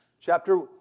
chapter